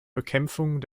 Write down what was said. bekämpfung